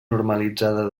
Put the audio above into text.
normalitzada